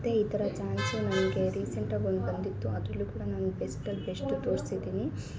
ಮತ್ತು ಈ ಥರ ಚಾನ್ಸು ನನಗೆ ರೀಸೆಂಟ್ ಆಗಿ ಒಂದು ಬಂದಿತ್ತು ಅದ್ರಲ್ಲೂ ಕೂಡ ನಾನು ಬೆಸ್ಟ್ಲ್ಲಿ ಬೆಸ್ಟ್ ತೋರ್ಸಿದ್ದೀನಿ